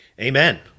Amen